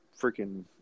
freaking